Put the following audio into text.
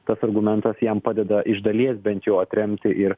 tas argumentas jam padeda iš dalies bent jau atremti ir